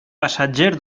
passatger